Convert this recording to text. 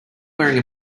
wearing